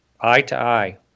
eye-to-eye